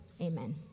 Amen